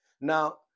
Now